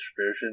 version